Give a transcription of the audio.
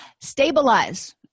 stabilize